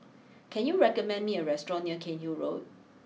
can you recommend me a restaurant near Cairnhill Road